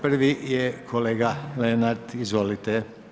Prvi je kolega Lenart, izvolite.